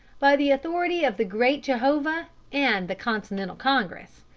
by the authority of the great jehovah and the continental congress,